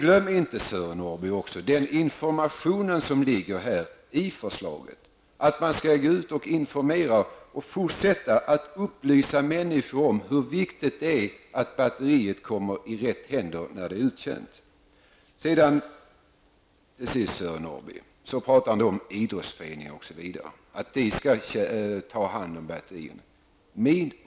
Glöm inte heller, Sören Norrby, den information som finns i förslaget om att man skall fortsätta att gå ut och informera människor om hur viktigt det är att batterier kommer i rätta händer när de är uttjänta. Till sist talar Sören Norrby om att idrottsföreningar och liknande skall ta hand om batterierna.